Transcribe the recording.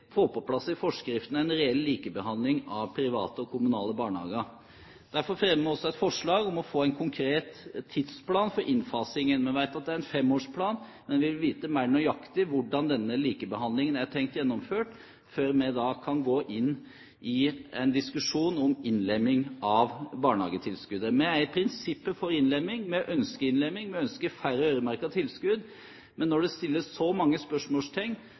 få på plass i forskriftene en reell likebehandling av private og kommunale barnehager. Derfor fremmer vi også et forslag om å få en konkret tidsplan for innfasingen. Vi vet at det er en femårsplan, men vi vil vite mer nøyaktig hvordan denne likebehandlingen er tenkt gjennomført, før vi kan gå inn i en diskusjon om innlemming av barnehagetilskuddet. Vi er i prinsippet for en innlemming, vi ønsker innlemming, vi ønsker færre øremerkede tilskudd, men når det stilles så mange